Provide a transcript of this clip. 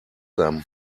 them